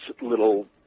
little